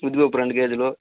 ఉద్దిపప్పు రెండు కేజీలు